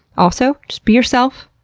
also, just be yourself.